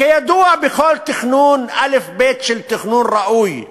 כידוע, בכל תכנון, אלף-בית של תכנון ראוי,